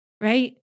right